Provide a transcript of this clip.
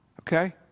okay